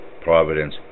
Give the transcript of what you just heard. Providence